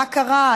מה קרה,